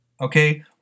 Okay